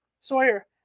Sawyer